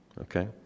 okay